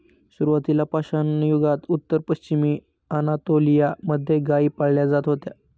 सुरुवातीला पाषाणयुगात उत्तर पश्चिमी अनातोलिया मध्ये गाई पाळल्या जात होत्या